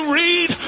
read